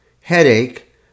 headache